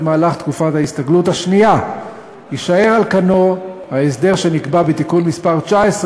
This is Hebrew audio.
בתקופת ההסתגלות השנייה יישאר על כנו ההסדר שנקבע בתיקון מס' 19,